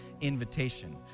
invitation